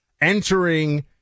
entering